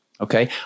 Okay